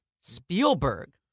Spielberg